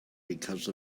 because